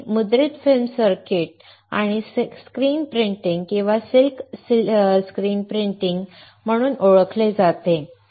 हे मुद्रित film circuits किंवा स्क्रीन प्रिंटिंग किंवा सिल्क स्क्रीन प्रिंटिंग म्हणून ओळखले जाते